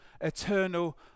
eternal